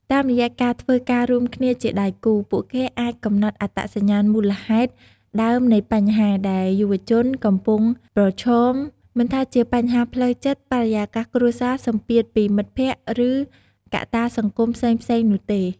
តាមរយៈការធ្វើការរួមគ្នាជាដៃគូ ពួកគេអាច កំណត់អត្តសញ្ញាណមូលហេតុដើមនៃបញ្ហា ដែលយុវជនកំពុងប្រឈម មិនថាជាបញ្ហាផ្លូវចិត្ត បរិយាកាសគ្រួសារ សម្ពាធពីមិត្តភក្តិ ឬកត្តាសង្គមផ្សេងៗនោះទេ។